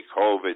COVID